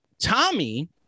tommy